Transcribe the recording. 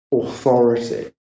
authority